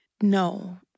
No